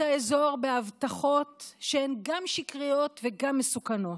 האזור בהבטחות שהן גם שקריות וגם מסוכנות.